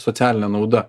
socialinė nauda